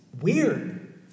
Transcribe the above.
Weird